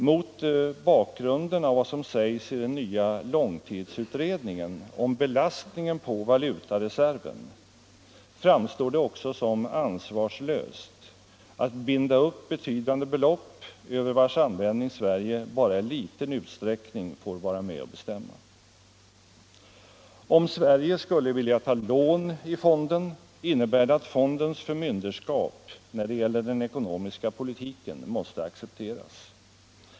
Mot bakgrunden av vad som sägs i den nya långtidsutredningen om belastningen på valutareserven framstår det också som ansvarslöst att binda upp betydande belopp över vars användning Sverige endast i liten utsträckning får vara med och bestämma. Om Sverige skulle vilja ta lån i fonden innebär det att fondens förmynderskap när det gäller den ekonomiska politiken måste accepteras.